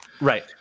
Right